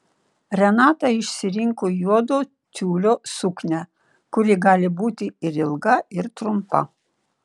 renata išsirinko juodo tiulio suknią kuri gali būti ir ilga ir trumpa